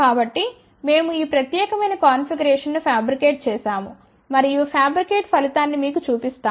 కాబట్టి మేము ఈ ప్రత్యేకమైన కాన్ఫిగరేషన్ను ఫ్యాబ్రికేట్ చేసాము మరియు ఫ్యాబ్రికేట్ ఫలితాన్ని మీకు చూపిస్తాను